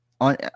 on